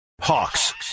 Hawks